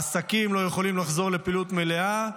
העסקים לא יכולים לחזור לפעילות מלאה,